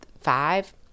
five